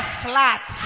flat